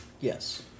Yes